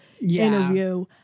interview